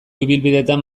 ibilbidetan